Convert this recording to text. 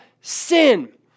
sin